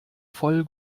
voll